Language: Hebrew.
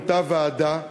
מונתה ועדה,